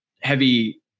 heavy